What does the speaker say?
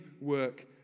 work